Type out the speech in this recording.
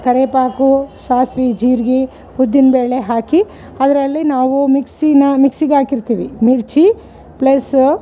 ಕರೇಪಾಕು ಸಾಸಿವೆ ಜೀರಿಗೆ ಉದ್ದಿನ ಬೇಳೆ ಹಾಕಿ ಅದರಲ್ಲಿ ನಾವು ಮಿಕ್ಸಿನ ಮಿಕ್ಸಿಗೆ ಹಾಕಿರ್ತೀವಿ ಮಿರ್ಚಿ ಪ್ಲಸ್ಸು